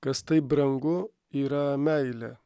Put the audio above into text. kas taip brangu yra meilė